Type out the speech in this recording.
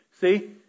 See